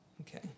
Okay